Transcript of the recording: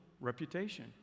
reputation